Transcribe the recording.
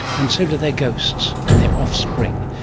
and so do their ghosts and their offspring,